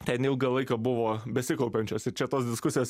ten ilgą laiką buvo besikaupiančios ir čia tos diskusijos